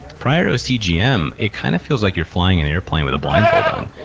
prior to a cgm, it kind of feels like you're flying an airplane with a blindfold on.